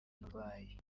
n’uburwayi